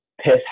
piss